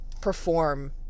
perform